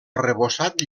arrebossat